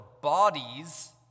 bodies